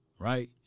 right